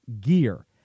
gear